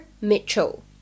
Mitchell